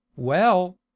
Well